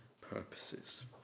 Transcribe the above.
purposes